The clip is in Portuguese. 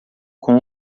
com